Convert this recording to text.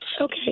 Okay